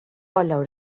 valor